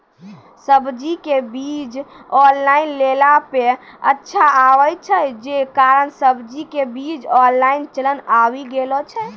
सब्जी के बीज ऑनलाइन लेला पे अच्छा आवे छै, जे कारण सब्जी के बीज ऑनलाइन चलन आवी गेलौ छै?